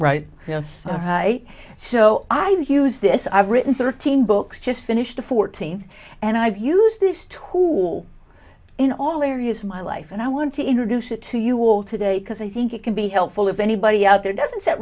yes so i use this i've written thirteen books just finished a fourteen and i've used this tool in all areas of my life and i want to introduce it to you all today because i think it can be helpful if anybody out there doesn't get